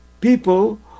people